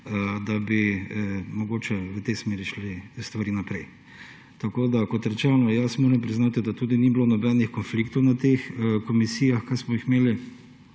da bi mogoče v tej smeri šle stvari naprej. Kot rečeno, moram priznati, da tudi ni bilo nobenih konfliktov na teh komisijah, ki smo jih imeli.